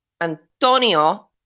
Antonio –